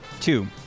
Two